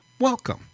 Welcome